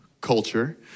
culture